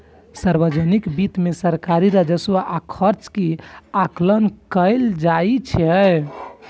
सार्वजनिक वित्त मे सरकारी राजस्व आ खर्च के आकलन कैल जाइ छै